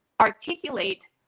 articulate